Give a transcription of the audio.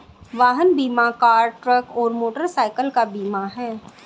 वाहन बीमा car, truck और मोटरसाइकिल का बीमा है